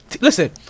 Listen